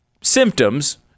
symptoms